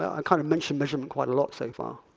i kind of mentioned measurement quite a lot so far.